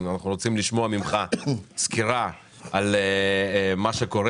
אנחנו רוצים לשמוע ממך סקירה על מה שקורה